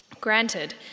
Granted